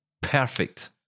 Perfect